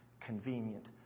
convenient